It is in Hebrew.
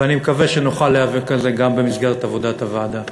ואני מקווה שנוכל להיאבק על זה גם במסגרת עבודת הוועדה.